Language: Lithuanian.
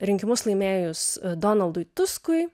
rinkimus laimėjus donaldui tuskui